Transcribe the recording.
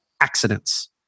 accidents